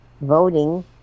voting